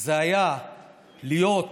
היה להיות